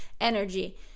energy